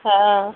ହଁ